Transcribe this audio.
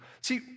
See